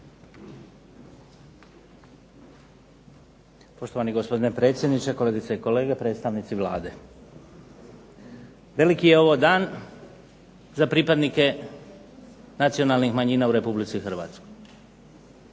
Poštovani gospodine predsjedniče, kolegice i kolege, predstavnici Vlade. Veliki je ovo dan za pripadnike nacionalnih manjina u RH.